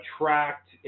attract